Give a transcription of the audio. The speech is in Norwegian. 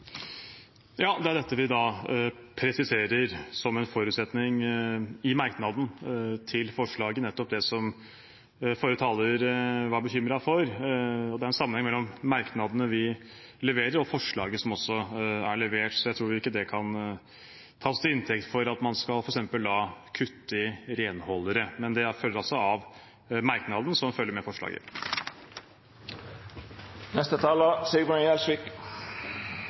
Det forrige taler var bekymret for, er nettopp det vi presiserer som en forutsetning i merknaden til forslaget. Det er en sammenheng mellom merknadene vi leverer og forslaget som også er levert, så jeg tror ikke det kan tas til inntekt for at man skal f.eks. kutte i renholdere. Men det følger altså av merknaden som følger med